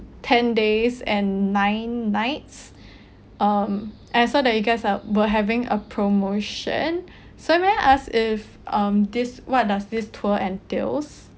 ten days and nine nights um I saw that you guys uh were having a promotion so may I ask if um this what does this tour entails